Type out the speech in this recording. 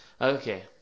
Okay